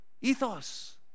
ethos